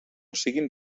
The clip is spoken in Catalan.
siguen